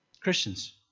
Christians